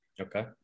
okay